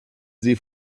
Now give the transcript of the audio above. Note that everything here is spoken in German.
sie